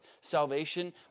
salvation